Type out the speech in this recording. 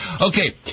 Okay